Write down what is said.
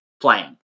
playing